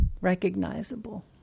recognizable